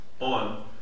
on